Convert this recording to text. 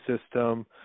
system